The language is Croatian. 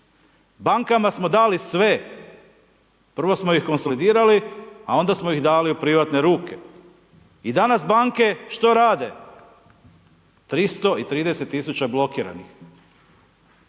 Bankama smo dali sve. Prvo smo ih konsolidirali, a onda smo ih dali u privatne ruke. I danas banke što rade? 300 i 30 tisuća blokiranih,